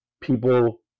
people